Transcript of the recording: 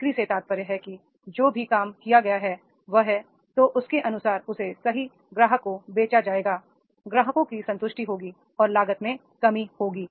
बिक्री से तात्पर्य है कि जो भी काम किया गया है वह है तो उसके अनुसार उसे सही ग्राहक को बेचा जाएगा ग्राहकों की संतुष्टि होगी और लागत में कमी होगी